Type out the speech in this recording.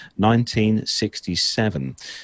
1967